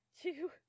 two